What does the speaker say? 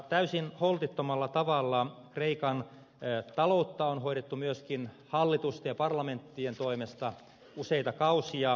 täysin holtittomalla tavalla kreikan taloutta on hoidettu myöskin hallitusten ja parlamenttien toimesta useita kausia